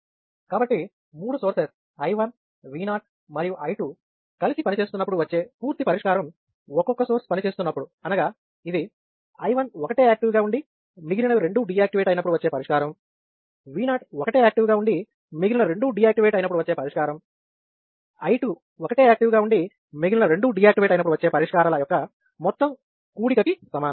కాబట్టి మూడు sources I1 V0 మరియు I2 కలిసి పనిచేసినప్పుడు వచ్చే పూర్తి పరిష్కారం ఒక్కొక్క సోర్స్ పని చేసినప్పుడు అనగా ఇది I1 ఒకటేయాక్టివ్ గా ఉండి మిగిలినవి రెండూ డీఆక్టివేట్ అయినప్పుడు వచ్చే పరిష్కారం V0 ఒక్కటే యాక్టివ్ గా ఉండి మిగిలిన రెండూ డీఆక్టివేట్ అయినప్పుడు వచ్చే పరిష్కారం I2 ఒకటే యాక్టివ్ గా ఉండి మిగిలిన రెండూ డీఆక్టివేట్ అయినప్పుడు వచ్చే పరిష్కారాల యొక్క మొత్తం కూడిక కి సమానం